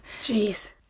Jeez